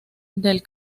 del